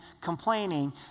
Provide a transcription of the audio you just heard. complaining